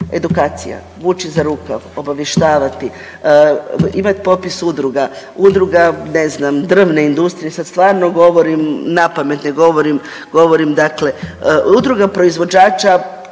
edukacija, vući za rukav, obavještavati, imat popis udruga. Udruga na znam drvne industrije sad stvarno govorim napamet, ne govorim, govorim dakle udruga proizvođača